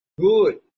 good